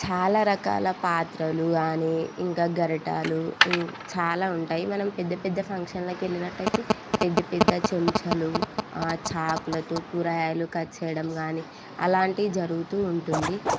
చాలా రకాల పాత్రలు కానీ ఇంకా గరిటెలు చాలా ఉంటాయి మనం పెద్ద పెద్ద ఫంక్షన్లకు వెళ్ళినట్టు అయితే పెద్ద పెద్ద చెంచాలు చాకులతో కూరగాయలు కట్ చేయడం కానీ అలాంటివి జరుగుతూ ఉంటుంది